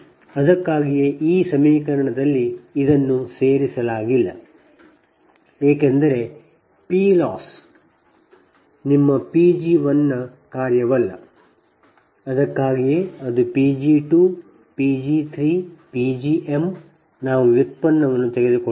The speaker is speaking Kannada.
ಅದಕ್ಕಾಗಿಯೇ ಈ ಸಮೀಕರಣದಲ್ಲಿ ಇದನ್ನು ಸೇರಿಸಲಾಗಿಲ್ಲ ಏಕೆಂದರೆ P Loss ನಿಮ್ಮ P g1 ನ ಕಾರ್ಯವಲ್ಲ ಅದಕ್ಕಾಗಿಯೇ ಅದು P g2 P g3 P gm ನಾವು ವ್ಯುತ್ಪನ್ನವನ್ನು ತೆಗೆದುಕೊಂಡಿದ್ದೇವೆ